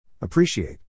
Appreciate